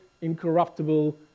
incorruptible